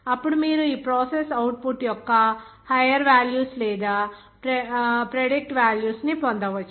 అప్పుడు మీరు ఆ ప్రాసెస్ అవుట్పుట్ యొక్క హయ్యర్ వాల్యూస్ ను లేదా ప్రెడిక్ట్డ్ వాల్యూస్ ను పొందవచ్చు